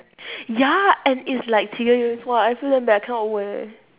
ya and it's like serious !wah! I feel damn bad I cannot wear